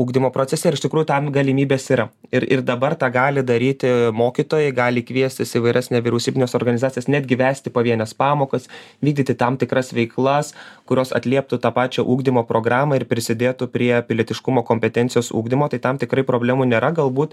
ugdymo procese ir iš tikrųjų tam galimybės yra ir ir dabar tą gali daryti mokytojai gali kviestis įvairias nevyriausybines organizacijas netgi vesti pavienes pamokas vykdyti tam tikras veiklas kurios atlieptų tą pačią ugdymo programą ir prisidėtų prie pilietiškumo kompetencijos ugdymo tai tam tikrai problemų nėra galbūt